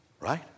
right